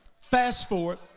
fast-forward